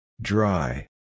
Dry